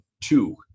two